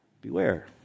Beware